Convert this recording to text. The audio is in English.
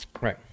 Right